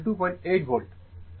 এখন IabY ab Vfg